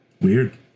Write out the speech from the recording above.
Weird